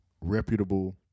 reputable